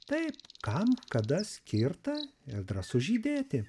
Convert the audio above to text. tai kam kada skirta ir drąsu žydėti